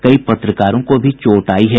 कई पत्रकारों को भी चोट आयी है